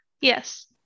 Yes